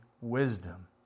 wisdom